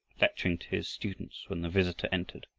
lecturing to his students, when the visitor entered.